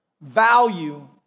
value